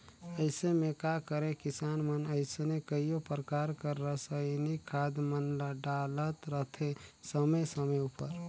अइसे में का करें किसान मन अइसने कइयो परकार कर रसइनिक खाद मन ल डालत रहथें समे समे उपर